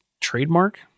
trademark